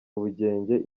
ubugenge